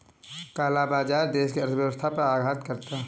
काला बाजार देश की अर्थव्यवस्था पर आघात करता है